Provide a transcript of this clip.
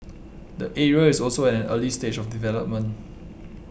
the area is also at an early stage of development